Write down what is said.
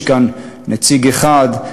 יש כאן נציג אחד,